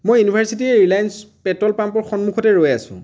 মই university Reliance petrol পাম্পৰ সন্মুখতে ৰৈ আছোঁ